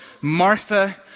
Martha